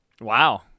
Wow